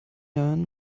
jahren